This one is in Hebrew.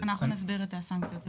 אנחנו נסביר את הסנקציות.